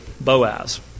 Boaz